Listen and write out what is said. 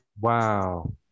Wow